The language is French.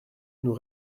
nous